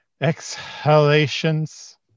exhalations